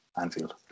Anfield